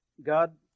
God